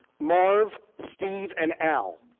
marv, steve and al.